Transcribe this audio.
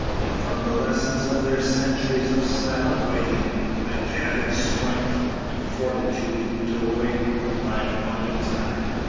and from the lesson of their centuries of silent waiting i gathered strength and fortitude to await my appointed time.